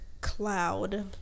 cloud